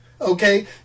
Okay